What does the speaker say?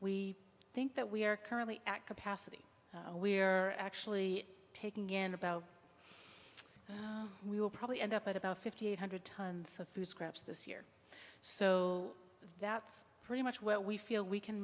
we think that we are currently at capacity we're actually taking in about we will probably end up at about fifty eight hundred tons of food scraps this year so that's pretty much what we feel we can